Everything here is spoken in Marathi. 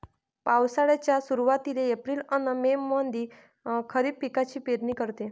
पावसाळ्याच्या सुरुवातीले एप्रिल अन मे मंधी खरीप पिकाची पेरनी करते